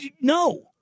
No